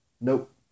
nope